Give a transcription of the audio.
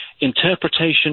interpretation